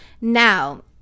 Now